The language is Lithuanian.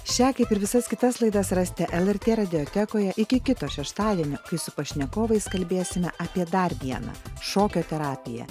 šią kaip ir visas kitas laidas rasite lrt radiotekoje iki kito šeštadienio kai su pašnekovais kalbėsime apie dar vieną šokio terapiją